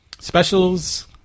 specials